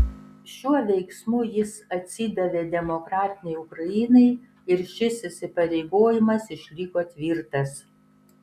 šiuo veiksmu jis atsidavė demokratinei ukrainai ir šis įsipareigojimas išliko tvirtas